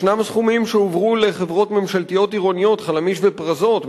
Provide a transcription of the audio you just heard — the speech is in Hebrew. ישנם סכומים שהועברו לחברות ממשלתיות עירוניות: "חלמיש" ו"פרזות",